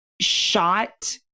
shot